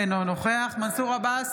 אינו נוכח מנסור עבאס,